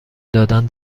دادن